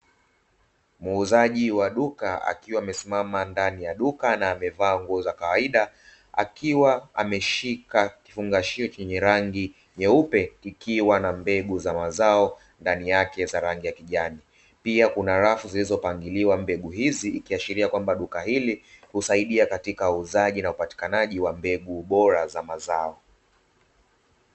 Muuzaji wa duka akiwa amesimama ndani ya duka na amevaa nguo za kawaida, akiwa ameshika kifungashio chenye rangi nyeupe ikiwa na mbegu za mazao ndani yake za rangi ya kijani. Pia kuna rafu zilizopangiliwa mbegu hizi, ikiashiria kuwa duka hili kusaidia katika uuzaji na upatikanaji wa mbegu bora za mazao.